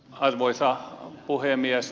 arvoisa puhemies